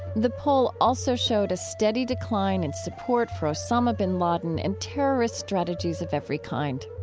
the poll also showed a steady decline in support for osama bin laden and terrorist strategies of every kind.